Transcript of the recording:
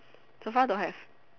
so far don't have